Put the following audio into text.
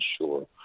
sure